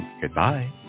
goodbye